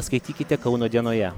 skaitykite kauno dienoje